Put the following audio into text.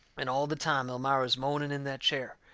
and all the time elmira is moaning in that chair.